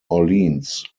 orleans